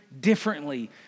differently